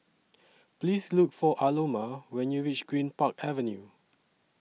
Please Look For Aloma when YOU REACH Greenpark Avenue